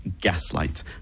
gaslight